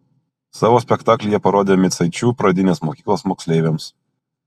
savo spektaklį jie parodė micaičių pradinės mokyklos moksleiviams